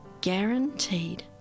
guaranteed